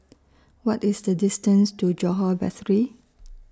What IS The distance to Johore Battery